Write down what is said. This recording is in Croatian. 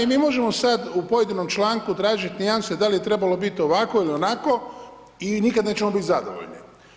I možemo sad u pojedinom članku tražiti nijanse da li je trebalo biti ovako ili onako i nikada nećemo biti zadovoljni.